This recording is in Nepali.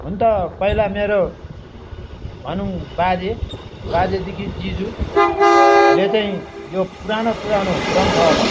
हुनु त पहिला मेरो भनौँ बाजे बाजेदेखि जिजूले चाहिँ यो पुरानो पुरानो ग्रन्थहरू